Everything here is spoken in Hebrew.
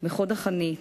בחוד החנית: